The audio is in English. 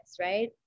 right